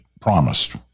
promised